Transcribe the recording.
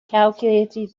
calculated